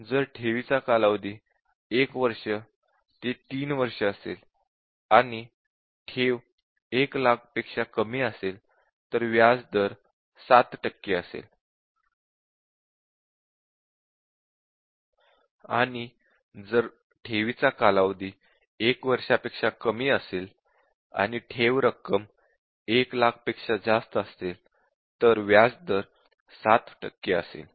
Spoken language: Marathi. जर ठेवीचा कालावधी 1 वर्ष ते 3 वर्ष असेल आणि ठेव 1 लाख पेक्षा कमी असेल तर व्याज दार 7 टक्के असेल आणि जर ठेवीचा कालावधी 1 वर्षापेक्षा कमी असेल आणि ठेव रक्कम 1 लाखापेक्षा जास्त असेल तर व्याज दर 7 टक्के असेल